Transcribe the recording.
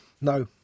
no